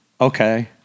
Okay